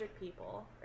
people